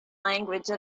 language